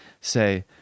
say